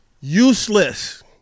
useless